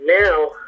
now